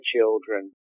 children